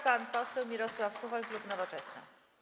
Pan poseł Mirosław Suchoń, klub Nowoczesna.